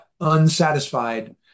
unsatisfied